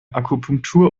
akupunktur